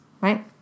right